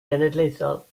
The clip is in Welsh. genedlaethol